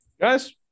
Guys